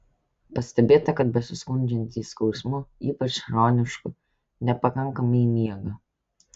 pastebėta kad besiskundžiantys skausmu ypač chronišku nepakankamai miega